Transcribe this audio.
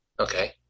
Okay